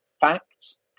Facts